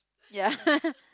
ya